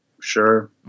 Sure